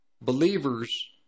believers